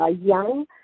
young